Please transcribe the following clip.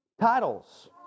titles